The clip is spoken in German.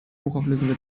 hochauflösende